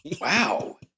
Wow